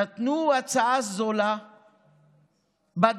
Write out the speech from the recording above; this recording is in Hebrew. נתנו הצעה זולה בדרום,